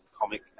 comic